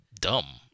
dumb